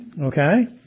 Okay